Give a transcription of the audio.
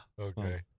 Okay